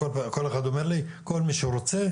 כל אחד אומר לי, כל מי שרוצה,